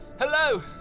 hello